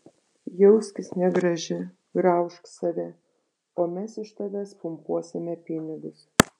jauskis negraži graužk save o mes iš tavęs pumpuosime pinigus